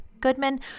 Goodman